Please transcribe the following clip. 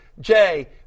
Jay